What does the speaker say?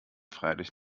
freilich